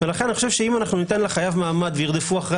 אני חושב שאם ניתן לחייב מעמד וירדפו אחרי